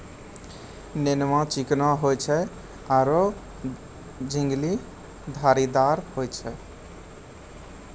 नेनुआ चिकनो होय छै आरो झिंगली धारीदार होय छै